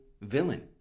villain